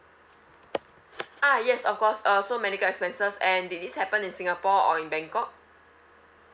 ah yes of course uh so medical expenses and did this happen in singapore or in bangkok